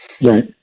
Right